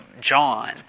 John